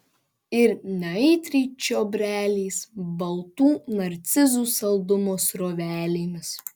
ir neaitriai čiobreliais baltų narcizų saldumo srovelėmis